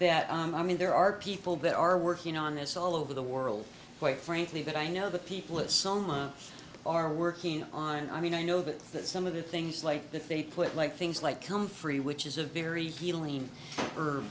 that i mean there are people that are working on this all over the world quite frankly that i know the people that soma are working on i mean i know that that some of the things like that they put like things like comfrey which is a very healing